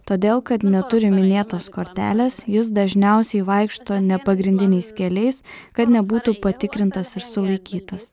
todėl kad neturi minėtos kortelės jis dažniausiai vaikšto ne pagrindiniais keliais kad nebūtų patikrintas ir sulaikytas